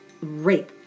rape